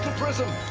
prism.